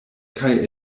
kaj